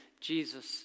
Jesus